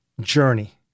journey